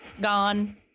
gone